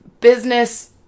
business